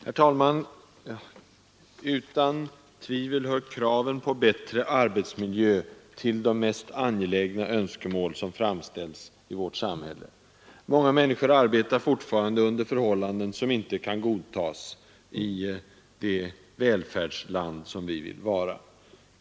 Herr talman! Utan tvivel hör kraven på bättre arbetsmiljö till de mest angelägna önskemålen i vårt samhälle. Många människor arbetar fortfarande under förhållanden som inte kan godtas i det välfärdsland som vi vill vara.